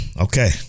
Okay